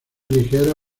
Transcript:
ligera